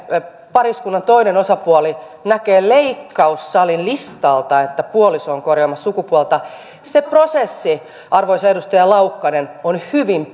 pariskunnan toinen osapuoli näkee leikkaussalin listalta että puoliso on korjaamassa sukupuolta se prosessi arvoisa edustaja laukkanen on hyvin